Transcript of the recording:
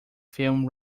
film